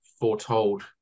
foretold